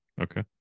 Okay